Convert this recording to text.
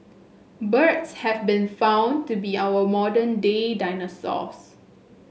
birds have been found to be our modern day dinosaurs